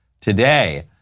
today